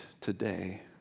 today